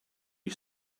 you